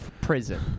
prison